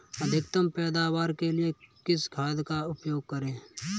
अधिकतम पैदावार के लिए किस खाद का उपयोग करें?